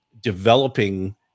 developing